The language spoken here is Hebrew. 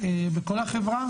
בכל החברה,